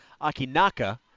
Akinaka